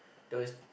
those